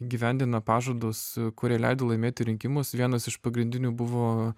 įgyvendina pažadus kurie leido laimėti rinkimus vienas iš pagrindinių buvo